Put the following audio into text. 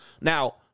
Now